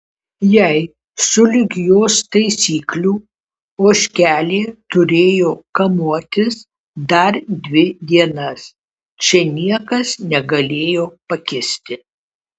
jei sulig jos taisyklių ožkelė turėjo kamuotis dar dvi dienas čia niekas negalėjo pakisti